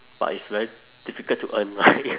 but it's very difficult to earn right